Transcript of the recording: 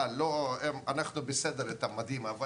שאנחנו בסדר עם דובאי וטורקיה,